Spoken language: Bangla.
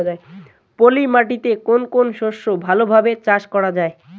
পলি মাটিতে কোন কোন শস্য ভালোভাবে চাষ করা য়ায়?